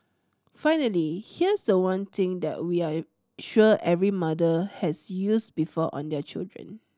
finally here's the one thing that we are sure every mother has used before on their children